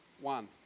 one